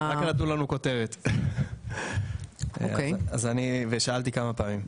רק נתנו לנו כותרת למרות ששאלתי כמה פעמים.